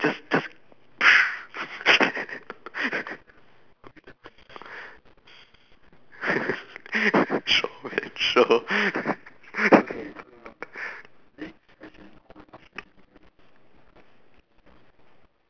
just just sure man sure